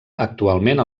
actualment